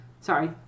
Sorry